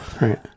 right